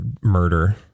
murder